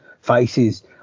faces